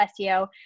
SEO